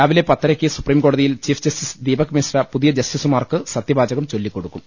രാവിലെ പത്തരയ്ക്ക് സുപ്രീം കോടതിയിൽ ചീഫ് ജസ്റ്റിസ് ദീപക് മിശ്ര പുതിയ ജസ്റ്റി സുമാർക്ക് സത്യവാചകം ചൊല്ലിക്കൊടുക്കും